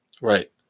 Right